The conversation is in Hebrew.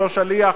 אותו שליח,